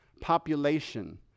population